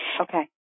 okay